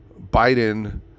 Biden